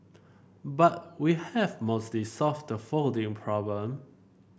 but we have mostly solved the folding problem